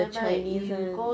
the chinese [one]